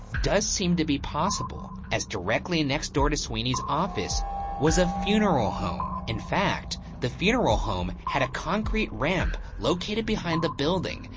does seem to be possible, as directly and next door to sweeney's office was a funeral home, in fact, the funeral home had a concrete ramp located behind the building,